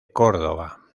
córdoba